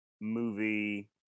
movie